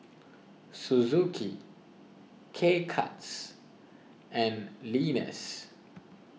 Suzuki K Cuts and Lenas